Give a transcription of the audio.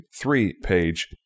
three-page